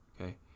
Okay